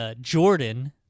Jordan